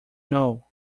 know